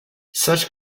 such